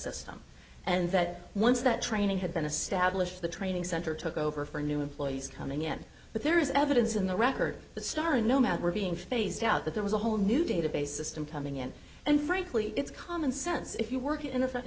system and that once that training had been established the training center took over for new employees coming in but there is evidence in the record the star nomad were being phased out that there was a whole new database system coming in and frankly it's common sense if you work in a